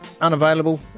unavailable